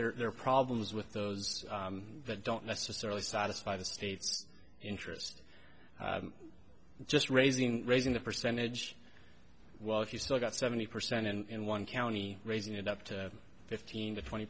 but there are problems with those that don't necessarily satisfy the state's interest just raising raising the percentage well if you still got seventy percent and one county raising it up to fifteen to twenty